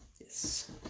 Yes